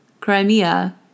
Crimea